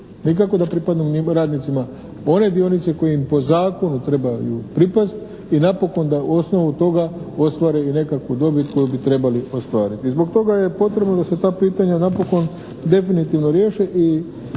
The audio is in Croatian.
Nikako da pripadnu radnicima one dionice koje im po zakonu trebaju pripasti i napokon da na osnovu toga ostvare i nekakvu dobit koju bi trebali ostvariti. I zbog toga je potrebno da se ta pitanja napokon definitivno riješe i